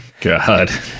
God